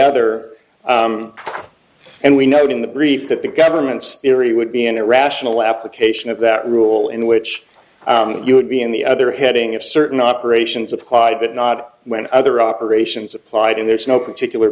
other and we note in the brief that the government's theory would be an irrational application of that rule in which you would be in the other heading if certain operations applied but not when other operations applied and there's no particular